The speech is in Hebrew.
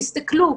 תסתכלו.